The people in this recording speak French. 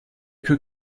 que